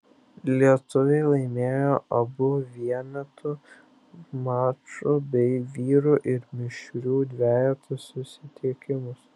lietuviai laimėjo abu vienetų maču bei vyrų ir mišrių dvejetų susitikimus